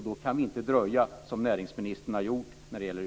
Då kan vi inte dröja, som näringsministern har gjort när det gäller